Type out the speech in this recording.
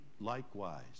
likewise